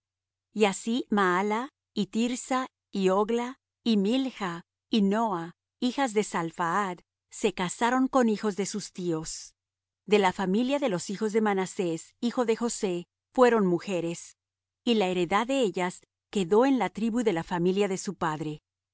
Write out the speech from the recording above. y así maala y tirsa y hogla y milch y noa hijas de salphaad se casaron con hijos de sus tíos de la familia de los hijos de manasés hijo de josé fueron mujeres y la heredad de ellas quedó en la tribu de la familia de su padre